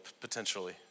potentially